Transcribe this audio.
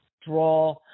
draw